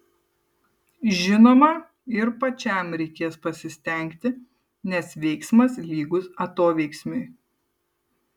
žinoma ir pačiam reikės pasistengti nes veiksmas lygus atoveiksmiui